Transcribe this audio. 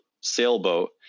sailboat